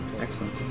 Excellent